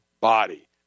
body